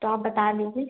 तो आप बता दीजिए